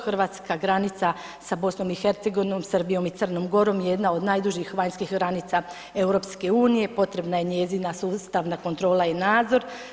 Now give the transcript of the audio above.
Hrvatska granica sa BiH, Srbijom i Crnom Gorom je jedna od najdužih vanjskih granica EU i potrebna je njezina sustavna kontrola i nadzor.